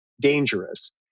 dangerous